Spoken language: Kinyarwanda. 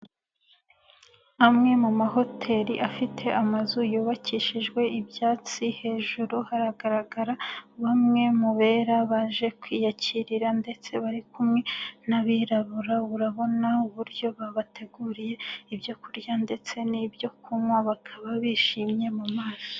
Amwe mu mahoteli afite amazu yubakishijwe ibyatsi hejuru haragaragara bamwe mu bera baje kwiyakirira ndetse bari kumwe n'abirabura, urabona uburyo babateguriye ibyo kurya ndetse n'ibyo kunywa bakaba bishimye mu maso.